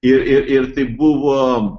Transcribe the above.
ir ir ir tai buvo